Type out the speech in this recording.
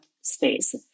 space